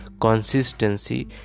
consistency